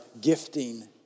gifting